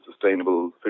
sustainable